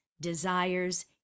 desires